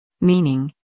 Meaning